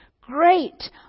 Great